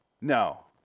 No